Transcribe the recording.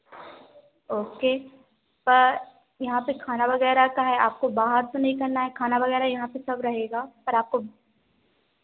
okay पर यहाँ पे खाना वगैरह का है आपको बाहर तो नहीं करना है खाना वगैरह यहाँ पे सब रहेगा पर आपको